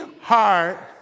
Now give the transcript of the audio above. heart